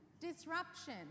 Disruption